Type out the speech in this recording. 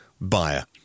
buyer